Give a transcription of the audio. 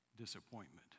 disappointment